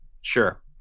Sure